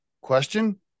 question